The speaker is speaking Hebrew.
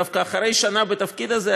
דווקא אחרי שנה בתפקיד הזה,